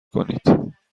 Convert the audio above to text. کنید